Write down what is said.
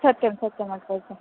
सत्यं सत्यमग्रज